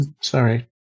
Sorry